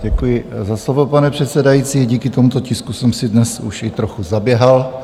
Děkuji za slovo, pane předsedající, díky tomuto tisku jsem si dnes už i trochu zaběhal.